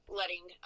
letting